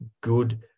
good